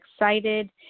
excited